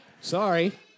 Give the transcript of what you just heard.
Sorry